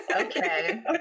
okay